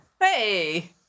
Hey